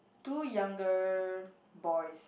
two younger boys